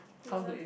how good is